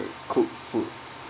cooked food